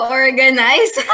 organize